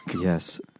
Yes